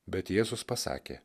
bet jėzus pasakė